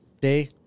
Day